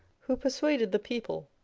who persuaded the people,